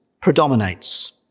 predominates